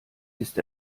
ist